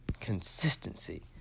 Consistency